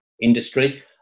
industry